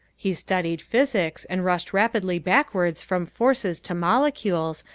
he studied physics and rushed rapidly backwards from forces to molecules,